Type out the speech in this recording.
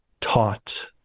taught